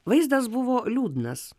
vaizdas buvo liūdnas